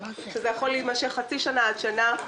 שזה יכול להימשך חצי שנה עד שנה.